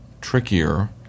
trickier